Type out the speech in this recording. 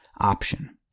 option